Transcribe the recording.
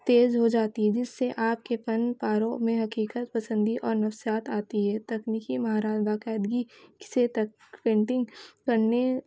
تیز ہو جاتی ہے جس سے آپ کے فن پاروں میں حقیقت پسندی اور نفسیات آتی ہے تکنیکی مہارت باقاعدگی سے تک پینٹنگ کرنے